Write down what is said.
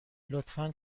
لطفا